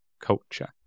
culture